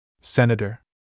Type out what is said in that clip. Senator